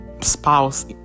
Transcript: spouse